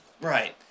Right